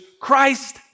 Christ